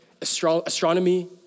astronomy